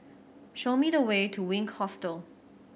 show me the way to Wink Hostel